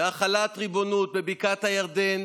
להחלת ריבונות בבקעת הירדן